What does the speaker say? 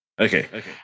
okay